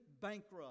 bankrupt